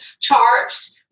charged